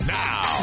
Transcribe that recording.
now